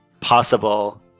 possible